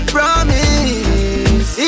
Promise